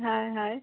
হয় হয়